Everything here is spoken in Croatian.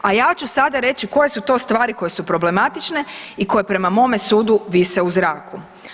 A ja ću sada reći koje su to stvari koje su problematične i koje prema mome sudu vise u zraku.